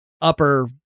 upper